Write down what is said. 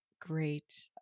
great